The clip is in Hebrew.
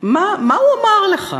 מה הוא אמר לך?